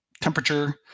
temperature